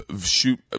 Shoot